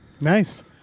Nice